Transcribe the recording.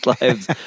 lives